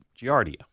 giardia